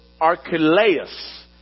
Archelaus